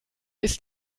ist